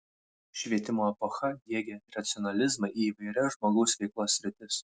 švietimo epocha diegė racionalizmą į įvairias žmogaus veiklos sritis